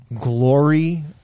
glory